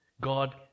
God